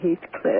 Heathcliff